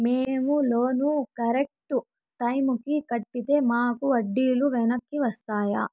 మేము loan correct టైముకి కట్టితే మాకు వడ్డీ లు వెనక్కి వస్తాయా?